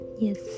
Yes